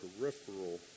peripheral